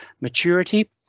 maturity